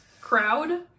crowd